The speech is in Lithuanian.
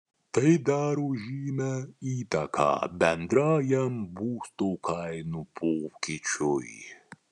tai daro žymią įtaką bendrajam būsto kainų pokyčiui